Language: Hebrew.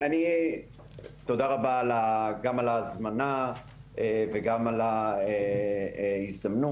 תודה רבה גם על ההזמנה וגם על ההזדמנות.